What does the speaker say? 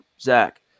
Zach